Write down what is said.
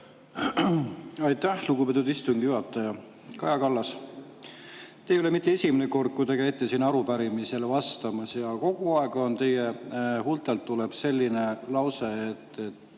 Aitäh, lugupeetud istungi juhataja! Kaja Kallas! Ei ole mitte esimene kord, kui te käite siin arupärimisele vastamas, ja kogu aeg tuleb teie huultelt selline lause, et